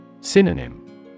Synonym